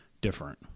different